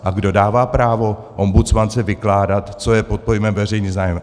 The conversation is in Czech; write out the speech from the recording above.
A kdo dává právo ombudsmance vykládat, co je pod pojmem veřejný zájem?